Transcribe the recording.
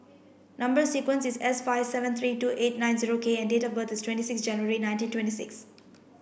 number sequence is S five seven three two eight nine zero K and date of birth is twenty six January nineteen twenty six